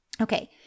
Okay